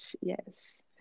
yes